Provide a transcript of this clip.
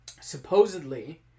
Supposedly